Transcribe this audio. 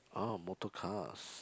oh motorcars